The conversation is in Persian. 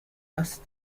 هست